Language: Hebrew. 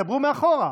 דברו מאחור.